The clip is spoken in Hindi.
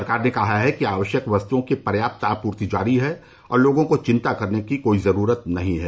सरकार ने कहा है कि आवश्यक वस्तुओं की पर्याप्त आपूर्ति जारी है और लोगों को चिंता करने की कोई जरूरत नहीं है